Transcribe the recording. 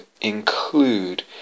include